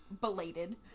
belated